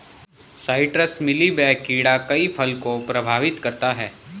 citrus mealy bug कीड़ा कई फल को प्रभावित करता है